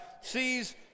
sees